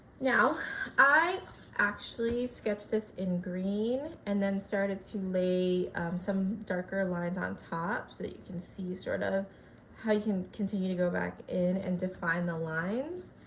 now i actually sketched this in green and then started to lay some darker lines on top so you can see sort of how you can continue to go back in and define the lines.